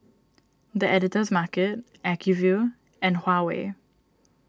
the Editor's Market Acuvue and Huawei